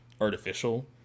artificial